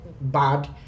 bad